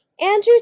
Andrew